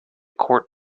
court